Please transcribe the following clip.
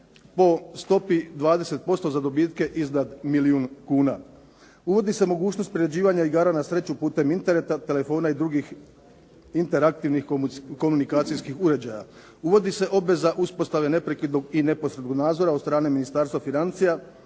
po stopi 20% za dobitke iznad milijun kuna. Uvodi se mogućnost priređivanja igara na sreću putem Interneta, telefona i drugih interaktivnih komunikacijskih uređaja. Uvodi se obveza uspostave neprekidnog i neposrednog nadzora od strane Ministarstva financija